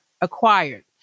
acquired